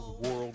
world